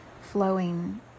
flowing